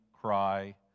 cry